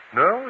no